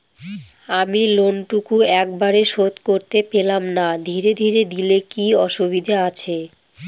আমি লোনটুকু একবারে শোধ করতে পেলাম না ধীরে ধীরে দিলে কি অসুবিধে আছে?